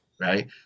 right